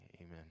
Amen